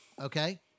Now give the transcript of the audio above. Okay